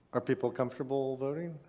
are people comfortable voting?